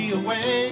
away